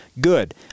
good